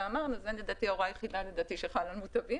וזו לדעתי ההוראה היחידה שחלה על מוטבים,